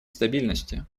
стабильности